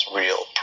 real